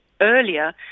earlier